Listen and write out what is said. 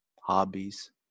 hobbies